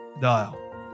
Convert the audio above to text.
dial